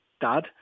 dad